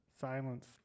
Silence